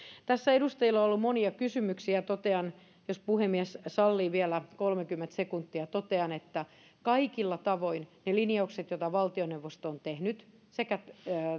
tässä edustajilla on ollut monia kysymyksiä ja totean jos puhemies sallii vielä kolmekymmentä sekuntia että kaikilla tavoin niistä linjauksista joita valtioneuvosto on tehnyt sekä